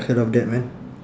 heard of that man